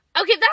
okay